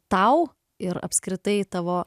tau ir apskritai tavo